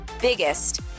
biggest